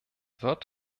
wird